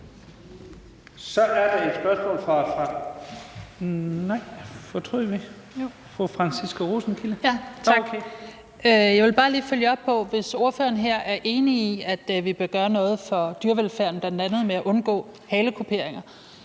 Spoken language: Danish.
Så er der et spørgsmål fra fru Franciska Rosenkilde. Kl. 15:18 Franciska Rosenkilde (ALT): Tak. Jeg vil bare lige følge op på noget. Hvis ordføreren her er enig i, at vi bør gøre noget for dyrevelfærden, bl.a. ved at undgå halekuperinger